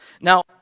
Now